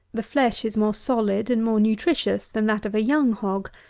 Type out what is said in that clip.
the flesh is more solid and more nutritious than that of a young hog,